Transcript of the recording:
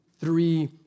three